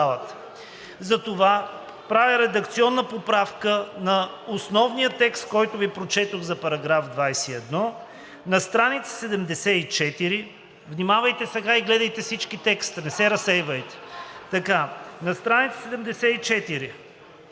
Затова правя редакционна поправка на основния текст, който Ви прочетох за § 21 – на страница 74. Внимавайте сега и гледайте всички текста, не се разсейвайте. На страница 74,